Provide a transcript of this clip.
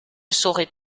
saurait